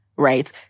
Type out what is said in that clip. right